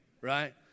right